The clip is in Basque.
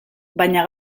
baina